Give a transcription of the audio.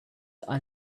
are